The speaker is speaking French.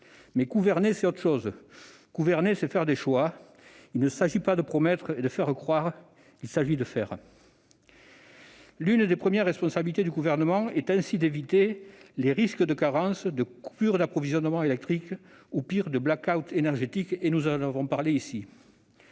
Mais gouverner, c'est autre chose, c'est faire des choix. Il ne s'agit pas de promettre et de faire croire ; il s'agit de faire ! L'une des premières responsabilités du Gouvernement est ainsi d'éviter les risques de carences, de coupures d'approvisionnement électrique ou, pire, de blackout énergétique- nous en avons débattu ici